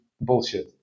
bullshit